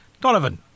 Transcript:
Donovan